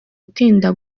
utinda